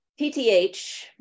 PTH